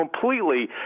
completely